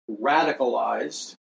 radicalized